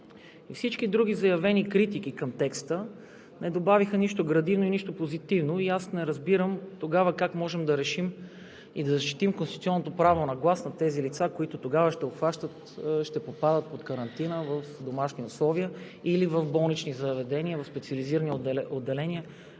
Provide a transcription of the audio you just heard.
и всички други заявени критики към текста не добавиха нищо градивно и нищо позитивно и аз не разбирам тогава как можем да решим и да защитим конституционното право на глас на тези лица, които тогава ще попадат под карантина в домашни условия или в болнични заведения, в специализирани отделения